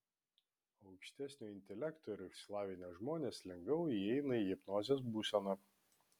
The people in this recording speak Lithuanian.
aukštesnio intelekto ir išsilavinę žmonės lengviau įeina į hipnozės būseną